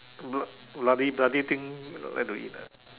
bl~ bloody bloody thing like to eat ah